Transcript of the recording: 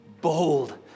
bold